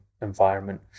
environment